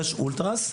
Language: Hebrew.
יש אולטרס,